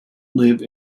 live